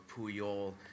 Puyol